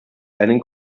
einen